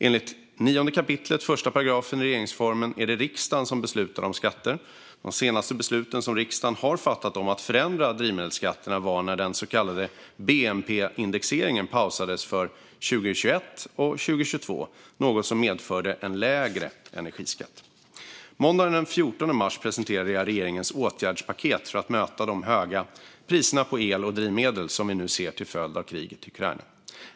Enligt 9 kap. 1 § regeringsformen är det riksdagen som beslutar om skatter. Det senaste beslut som riksdagen fattade om att förändra drivmedelsskatterna var när den så kallade bnp-indexeringen pausades för 2021 och 2022. Detta medförde en lägre energiskatt. Måndagen den 14 mars presenterade jag regeringens åtgärdspaket för att möta de höga priser på el och drivmedel som vi nu ser till följd av kriget i Ukraina.